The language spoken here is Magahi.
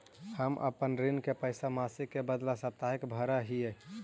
हम अपन ऋण के पैसा मासिक के बदला साप्ताहिक भरअ ही